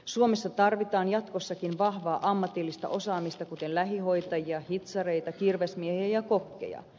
suomessa tarvitaan jatkossakin vahvaa ammatillista osaamista kuten lähihoitajia hitsareita kirvesmiehiä ja kokkeja